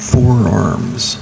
Forearms